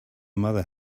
mother